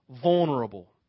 vulnerable